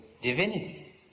divinity